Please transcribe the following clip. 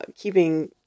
keeping